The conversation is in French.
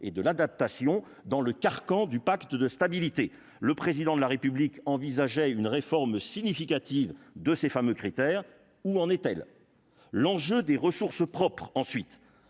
et de l'adaptation dans le carcan du pacte de stabilité, le président de la République envisageait une réforme significative de ces fameux critères : où en est-elle l'enjeu des ressources propres, ensuite,